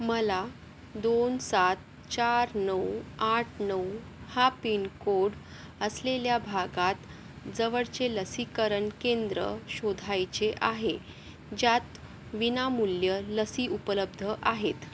मला दोन सात चार नऊ आठ नऊ हा पिनकोड असलेल्या भागात जवळचे लसीकरण केंद्र शोधायचे आहे ज्यात विनामूल्य लसी उपलब्ध आहेत